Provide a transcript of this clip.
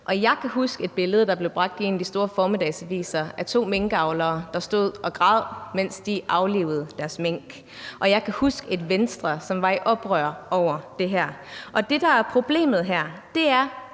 Jeg kan huske et billede, der blev bragt i en af de store formiddagsaviser, af to minkavlere, der stod og græd, mens de aflivede deres mink. Og jeg kan huske et Venstre, som var i oprør over det her. Det, der er problemet her, er,